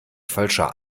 falscher